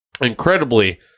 incredibly